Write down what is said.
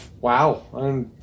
Wow